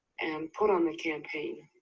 and put on the campaign.